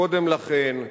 קודם לכן.